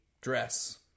dress